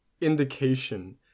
indication